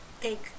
Take